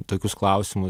tokius klausimus